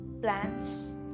plants